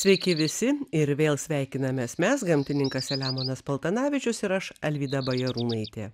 sveiki visi ir vėl sveikinamės mes gamtininkas selemonas paltanavičius ir aš alvyda bajarūnaitė